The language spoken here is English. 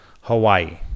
Hawaii